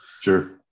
Sure